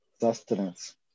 sustenance